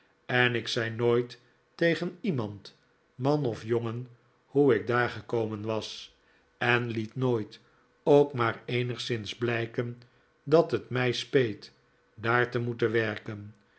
en ik zei nooit tegen iernand man of jongen hoe ik daar gekomen was en liet nooit ook maar eenigszins blijken dat het mij speet daar te moeten werken